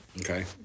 Okay